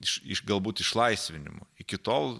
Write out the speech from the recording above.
iš iš galbūt išlaisvinimu iki tol